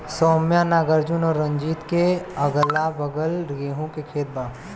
सौम्या नागार्जुन और रंजीत के अगलाबगल गेंहू के खेत बा